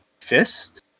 fist